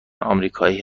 آمریکایی